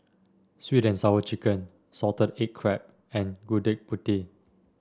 sweet and Sour Chicken Salted Egg Crab and Gudeg Putih